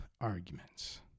arguments